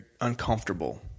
uncomfortable